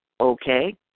okay